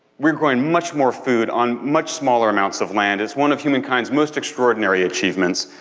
we're growing much more food on much smaller amounts of land, it's one of humankind's most extraordinary achievements,